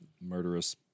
murderous